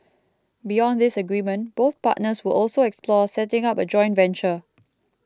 beyond this agreement both partners will also explore setting up a joint venture